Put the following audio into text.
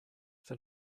that